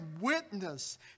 witness